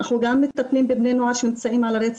אנחנו גם נמצאים בבני נוער שנמצאים על הרצף,